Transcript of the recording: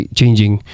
changing